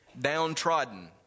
downtrodden